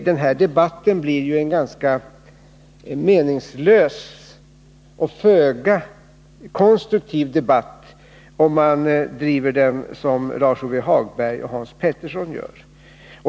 Den här debatten blir ju ganska meningslös och föga konstruktiv om man driver den som Lars-Ove Hagberg och Hans Petersson gör.